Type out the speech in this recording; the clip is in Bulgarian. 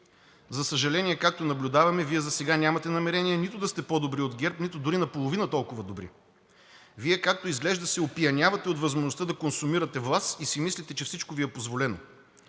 За съжаление, както наблюдаваме, Вие засега нямате намерение нито да сте по-добри от ГЕРБ, нито дори наполовина толкова добри. Вие, както изглежда, се опиянявате от възможността да консумирате власт и си мислите, че всичко Ви е позволено.